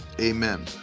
amen